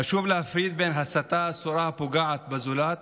חשוב להפריד בין הסתה אסורה הפוגעת בזולת